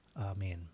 Amen